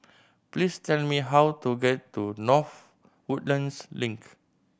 please tell me how to get to North Woodlands Link